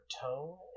tone